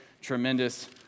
tremendous